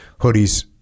Hoodies